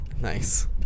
Nice